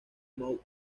mount